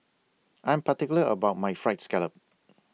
I'm particular about My Fried Scallop